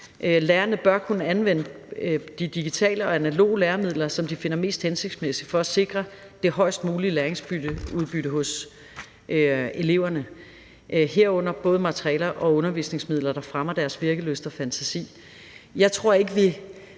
Lærerne bør kunne anvende de digitale og analoge læremidler, som de finder mest hensigtsmæssige for at sikre det højest mulige læringsudbytte hos eleverne, herunder både materialer og undervisningsmidler, der fremmer deres virkelyst og fantasi.